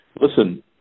listen